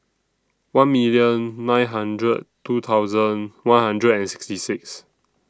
one million nine hundred two thousand one hundred and sixty six